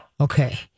Okay